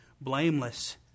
blameless